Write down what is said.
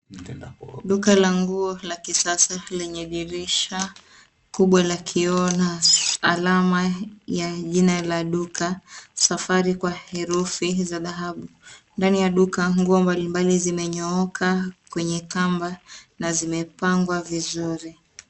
Duka la nguo la kisasa lenye dirisha kubwa la kioo na alama ya jina la duka Safari kwa herufi za dhahabu. Ndani duka, nguo mbali mbali zinyooka kwenye kamba na zimepangwa vizuri.